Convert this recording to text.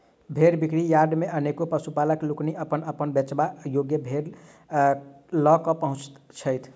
भेंड़ बिक्री यार्ड मे अनेको पशुपालक लोकनि अपन अपन बेचबा योग्य भेंड़ ल क पहुँचैत छथि